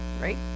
right